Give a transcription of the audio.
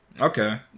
Okay